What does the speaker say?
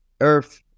earth